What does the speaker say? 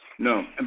No